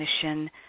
commission